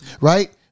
right